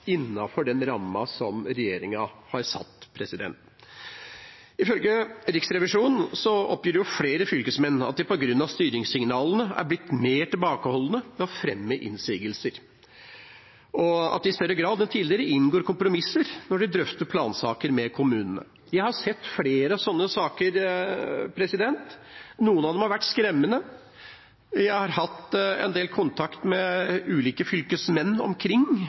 innenfor den ramma som regjeringa har satt. Ifølge Riksrevisjonen oppgir flere fylkesmenn at på grunn av styringssignalene er de blitt mer tilbakeholdne med å fremme innsigelser, og at de i større grad enn tidligere inngår kompromisser når de drøfter plansaker med kommunene. Jeg har sett flere sånne saker. Noen av dem har vært skremmende. Jeg har hatt en del kontakt med ulike fylkesmenn omkring.